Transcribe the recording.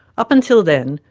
up until then,